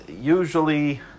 usually